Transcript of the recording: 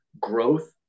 growth